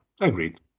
agreed